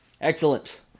Excellent